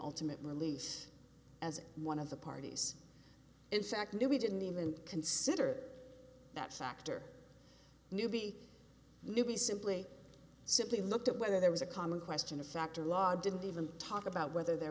ultimate release as one of the parties in fact that we didn't even consider that factor newbie newbie simply simply looked at whether there was a common question of fact or law didn't even talk about whether there